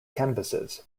canvases